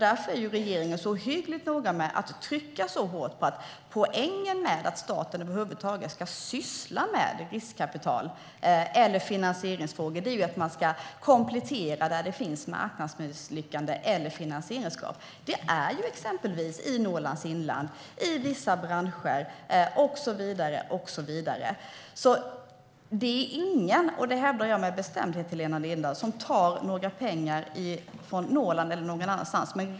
Därför är regeringen så ohyggligt noga med att trycka så hårt på att poängen med att staten över huvud taget ska syssla med riskkapital eller finansieringsfrågor är att man ska komplettera där det finns marknadsmisslyckanden eller finansieringskrav. Det är exempelvis i Norrlands inland, i vissa branscher och så vidare. Det är ingen - och det hävdar jag med bestämdhet, Helena Lindahl - som tar några pengar från Norrland eller någon annanstans ifrån.